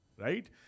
right